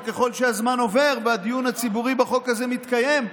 וככל שהזמן עובר והדיון הציבורי בחוק הזה מתקיים,